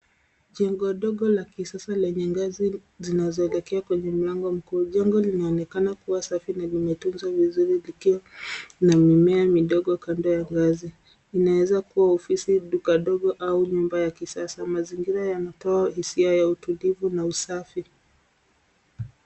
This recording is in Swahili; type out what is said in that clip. Jengo dogo la kisasa lenye ngazi zinazoelekea kwenye mlango mkuu. Jengo linaonekana kuwa safi na limetunzwa vizuri likiwa na mimea midogo kando ya ngazi, inaweza kuwa ofisi, duka ndogo au, nyumba ya kisasa. Mazingira yanatoa hisia ya utulivu, na usafi.